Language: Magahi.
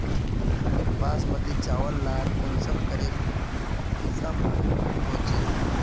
बासमती चावल लार कुंसम करे किसम होचए?